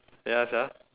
ya sia